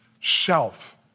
self